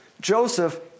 Joseph